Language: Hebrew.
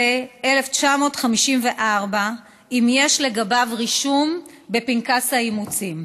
ו-1954 אם יש לגביו רישום בפנקס האימוצים.